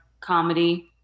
comedy